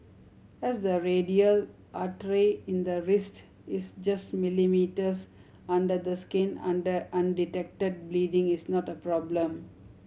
as the radial artery in the wrist is just millimetres under the skin under undetected bleeding is not a problem